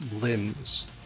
limbs